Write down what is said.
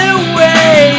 away